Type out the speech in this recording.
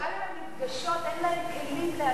וגם אם הן נפגשות, אין להן כלים להציע.